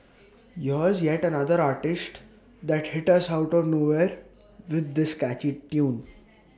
here's yet another artiste that hit us out of nowhere with this catchy tune